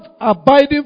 abiding